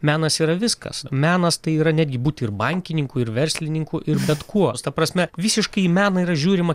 menas yra viskas menas tai yra netgi būti ir bankininku ir verslininku ir bet kuo ta prasme visiškai į meną yra žiūrima